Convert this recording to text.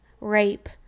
rape